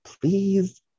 please